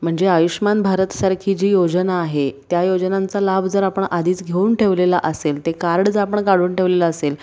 म्हणजे आयुषमान भारतसारखी जी योजना आहे त्या योजनांचा लाभ जर आपण आधीच घेऊन ठेवलेला असेल ते कार्ड जर आपण काढून ठेवलेलं असेल